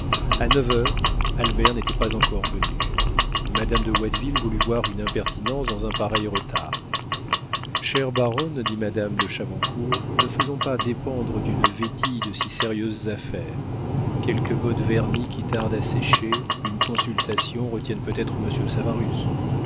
a neuf heures albert n'était pas encore venu madame de watteville voulut voir une impertinence dans un pareil retard chère baronne dit madame de chavoncourt ne faisons pas dépendre d'une vétille de si sérieuses affaires quelque botte vernie qui tarde à sécher une consultation retiennent peut-être monsieur de savarus